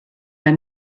bei